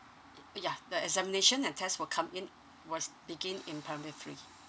it uh ya the examination and test will come in was begin in primary three